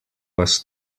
was